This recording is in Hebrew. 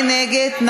מי נגד?